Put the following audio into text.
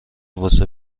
واسه